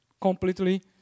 completely